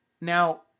Now